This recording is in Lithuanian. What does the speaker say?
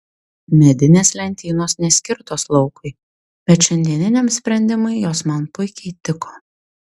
medinės lentynos neskirtos laukui bet šiandieniniam sprendimui jos man puikiai tiko